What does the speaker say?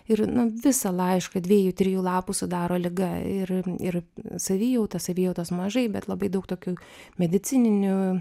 ir visą laišką dviejų trijų lapų sudaro liga ir ir savijauta savijautos mažai bet labai daug tokių medicininių